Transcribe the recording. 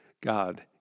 God